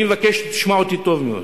אני אבקש שתשמע אותי טוב מאוד.